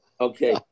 Okay